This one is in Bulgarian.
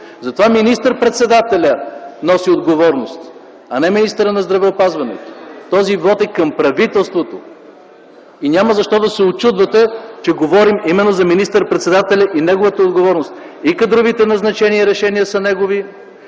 Затова министър-председателят носи отговорност, а не министърът на здравеопазването. Затова вотът е към правителството. И няма защо да се учудвате, че говорим именно за министър-председателя и неговата отговорност. И кадровите назначения и решения са негови,